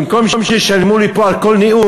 במקום שישלמו לי פה על כל נאום,